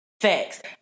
Facts